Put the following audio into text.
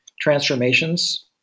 transformations